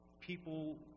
people